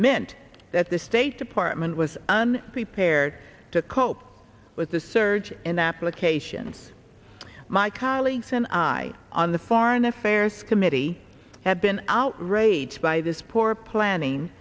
meant that the state department was on prepared to cope with the surge in applications my colleagues and i on the foreign affairs committee have been outraged by this poor planning